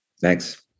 Thanks